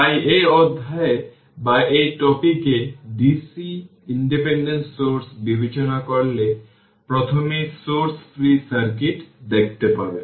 তাই এই অধ্যায়ে বা এই টপিক এ ডিসি ইন্ডিপেন্ডেন্ট সোর্স বিবেচনা করলে প্রথমেই সোর্স ফ্রি সার্কিট দেখতে পাবেন